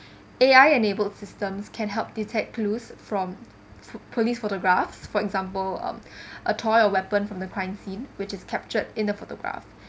A_I enabled systems can help detect clues from police photographs for example um a toy a weapon from the crime scene which is captured in the photograph